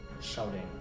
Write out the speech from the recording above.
shouting